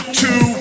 two